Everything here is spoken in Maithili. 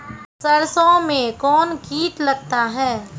सरसों मे कौन कीट लगता हैं?